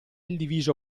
diviso